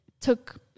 took